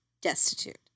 destitute